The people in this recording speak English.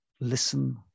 listen